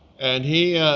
and he